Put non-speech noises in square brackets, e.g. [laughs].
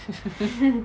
[laughs]